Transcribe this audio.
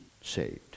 saved